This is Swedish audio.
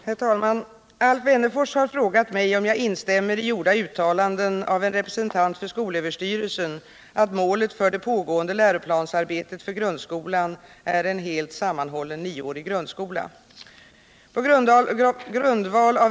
Herr talman! Alf Wennerfors har frågat mig om jag instämmer i gjorda uttalanden av en representant för skolöverstyrelsen att målet för det pågående läroplansarbetet för grundskolan är en helt sammanhållen nioårig grundskola.